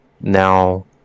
now